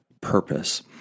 purpose